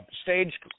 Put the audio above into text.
stage